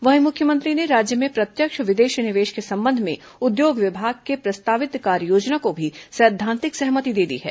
वहीं मुख्यमंत्री ने राज्य में प्रत्यक्ष विदेशी निवेश के संबंध में उद्योग विभाग के प्रस्तावित कार्ययोजना को भी सैद्वांतिक सहमति दे दी है